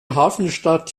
hafenstadt